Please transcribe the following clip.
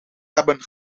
hebben